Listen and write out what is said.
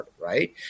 Right